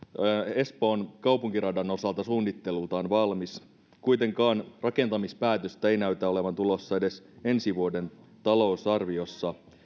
espoon kaupunkiradan osalta suunnittelultaan valmis kuitenkaan rakentamispäätöstä ei näytä olevan tulossa edes ensi vuoden talousarviossa